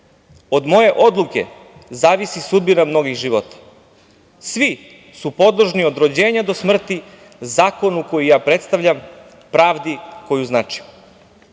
Od moje odluke zavisi sudbina mnogih života. Svi su podložni od rođenja do smrti zakonu koji ja predstavljam, pravdi koju značim.